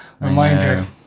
reminder